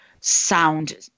sound